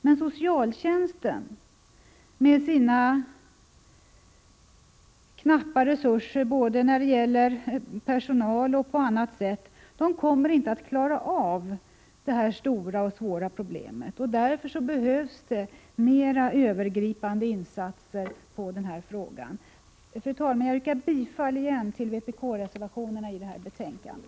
Men socialtjänsten med sina knappa resurser, både när det gäller personal och på annat sätt, kommer inte att klara av detta stora och svåra problem. Därför behövs det mera övergripande insatser på det här området. Fru talman! Jag yrkar igen bifall till vpk-reservationerna till detta betänkande.